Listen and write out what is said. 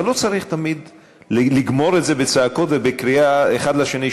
אבל לא צריך תמיד לגמור את זה בצעקות ובקריאה האחד לשני,